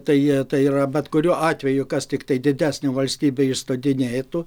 tai tai yra bet kuriuo atveju kas tiktai didesnė valstybė išstodinėtų